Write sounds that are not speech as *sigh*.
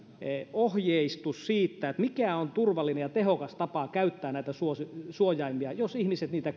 ohjeistus siitä mikä on turvallinen ja tehokas tapa käyttää näitä suojaimia jos ihmiset niitä *unintelligible*